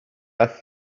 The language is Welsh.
aeth